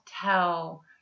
tell